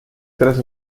tres